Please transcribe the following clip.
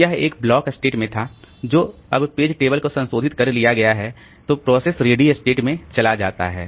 तो यह एक ब्लॉक स्टेट में था जब पेज टेबल को संशोधित कर लिया गया है तो प्रोसेस रेडी स्टेट में चला जाता है